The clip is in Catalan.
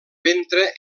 ventre